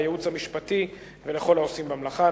לייעוץ המשפטי ולכל העושים במלאכה.